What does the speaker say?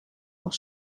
auch